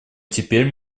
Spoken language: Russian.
теперь